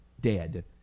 dead